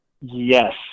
Yes